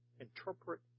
interpret